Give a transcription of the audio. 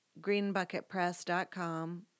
greenbucketpress.com